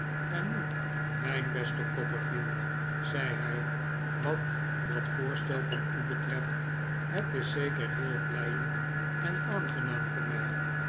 en nu mijn beste copperfield zei hij wat dat voorstel van u betreft het is zeker heel vleiend en aangenaam voor mij